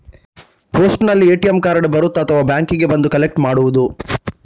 ಪೋಸ್ಟಿನಲ್ಲಿ ATM card ಬರುತ್ತಾ ಅಥವಾ ಬ್ಯಾಂಕಿಗೆ ಬಂದು ಕಲೆಕ್ಟ್ ಮಾಡುವುದು?